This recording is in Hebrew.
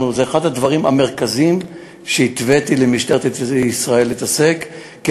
זה אחד הדברים המרכזיים שהתוויתי למשטרת ישראל להתעסק בהם,